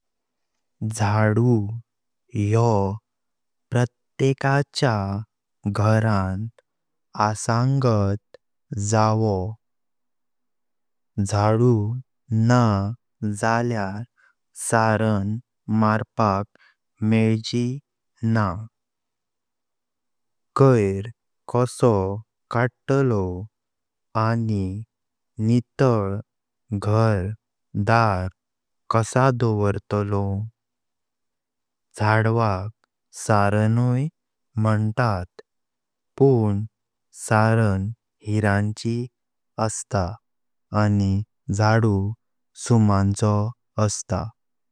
झाडू योह प्रत्येकाच्या घरान सांगात जयो। झाडू ना जाल्यार सारण मारपाक मेलची न्हा कयिर। कासो कडतोलोव आनी निटल घर धर कसा दोवर्तोलोव। झाडवाक सारणाय मंतात पण सारण हिरांची असता आनी झाडू सुम्माचो असता।